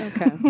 Okay